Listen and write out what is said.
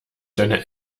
deine